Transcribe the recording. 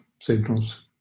signals